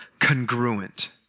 congruent